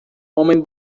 homem